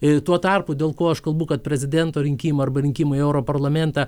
tuo tarpu dėl ko aš kalbu kad prezidento rinkimų arba rinkimų į europarlamentą